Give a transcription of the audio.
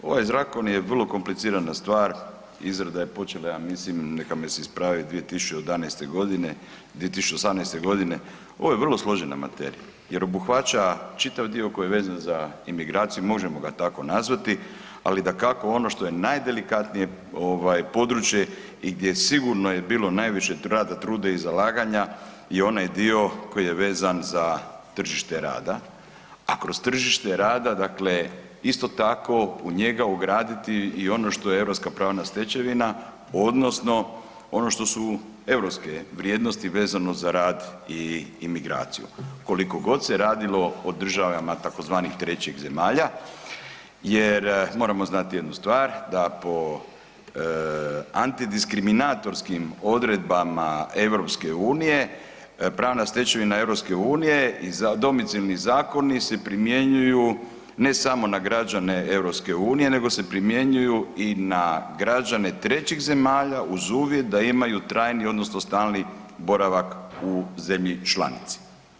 Ovaj zakon je vrlo komplicirana stvar, izrada je počela ja mislim neka me ispravi 2011. godine, 2018. godine ovo je vrlo složena materija jer obuhvaća čitav dio koji je vezan za imigraciju možemo ga tako nazvati, ali dakako ono što je najdelikatnije ovaj područje i gdje sigurno je bilo najviše rada, truda i zalaganja je onaj dio koji je vezan za tržište rada, a kroz tržište rada dakle isto tako u njega ugraditi i ono što je europska pravna stečevina odnosno ono što su europske vrijednosti vezano za rad i imigraciju koliko god se radilo o državama tzv. trećih zemalja jer moramo znati jednu stvar da po antidiskriminatorskim odredbama EU, pravna stečevina EU i domicilni zakoni se primjenjuju ne samo na građane EU nego se primjenjuju i na građane trećih zemalja uz uvjet da imaju trajni odnosno stalni boravak u zemlji članici.